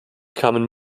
kamen